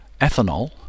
ethanol